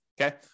okay